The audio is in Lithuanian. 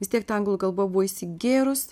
vis tiek ta anglų kalba buvo įsigėrus